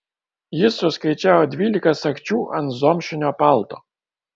jis suskaičiavo dvylika sagčių ant zomšinio palto